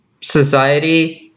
society